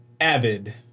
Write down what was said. avid